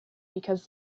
because